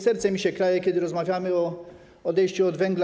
Serce mi się kraje, kiedy rozmawiamy o odejściu od węgla.